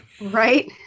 right